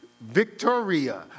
Victoria